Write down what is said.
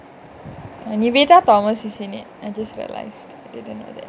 and nivethathomas is in it I just realised I didn't know that